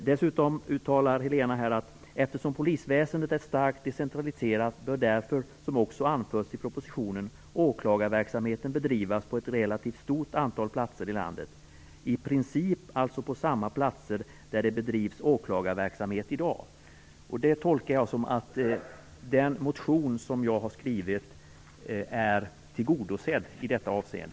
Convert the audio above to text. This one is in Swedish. Dessutom uttalar Helena Frisk: Eftersom polisväsendet är starkt decentraliserat bör, som också anförts i propositionen, åklagarverksamheten bedrivas på ett relativt stort antal platser i landet - i princip alltså på de platser där det i dag bedrivs åklagarverksamhet. Detta tolkar jag så att den motion som jag har skrivit är tillgodosedd i detta avseende.